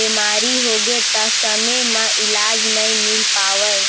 बेमारी होगे त समे म इलाज नइ मिल पावय